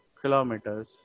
kilometers